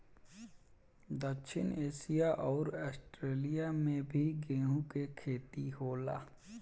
दक्षिण एशिया अउर आस्ट्रेलिया में भी गेंहू के खेती होला